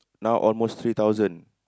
now almost three thousand